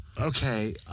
Okay